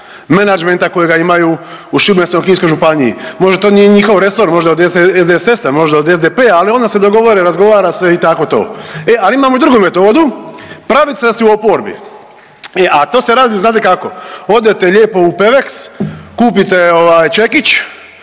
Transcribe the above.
menadžmenta kojega imaju u Šibensko-kninskoj županiji. Možda to nije njihov resor, možda je od SDSS-a, možda od SDP-a, ali onda se dogovore, razgovara se i tako to. E ali imamo i drugu metodu, pravica si u oporbi, e a to se radi znate kako, odete lijepo u Pevex, kupite ovaj čekić,